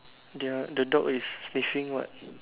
the the dog is sniffing what